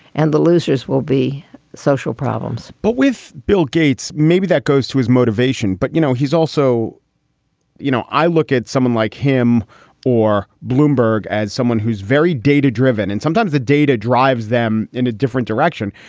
and the losers will be social problems but with bill gates, maybe that goes to his motivation. but, you know, he's also you know, i look at someone like him or bloomberg as someone who's very data driven, and sometimes the data drives them in a different direction.